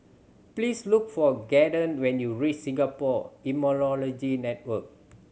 please look for Caden when you reach Singapore Immunology Network